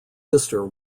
sister